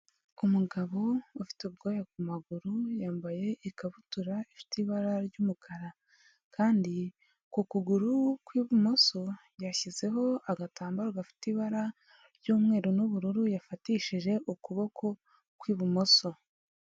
Umugabo ufite ubwoya ku maguru yambaye ikabutura ifite ibara ry'umukara, kandi ku kuguru kw'ibumoso yashyizeho agatambaro gafite ibara ry'umweru n'ubururu yafatishije ukuboko kw'ibumoso.